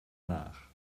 nach